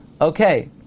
Okay